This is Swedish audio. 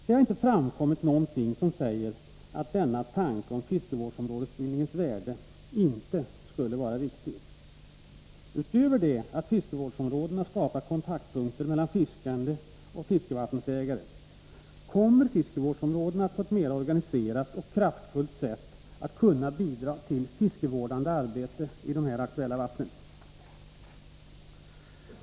Det har inte framkommit någonting som säger att denna tanke om fiskevårdsområdesbildningens värde inte skulle vara riktig. Utöver det att fiskevårdsområdena skapar kontaktpunkter mellan fiskande och fiskevattensägare, kommer de att på ett mer organiserat och kraftfullt sätt kunna bidra till fiskevårdande arbete i de här aktuella vattnen.